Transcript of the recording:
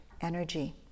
energy